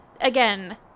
again